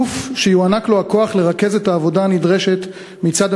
גוף שיוענק לו הכוח לרכז את העבודה הנדרשת מצד